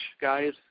guys